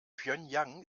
pjöngjang